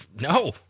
No